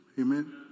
Amen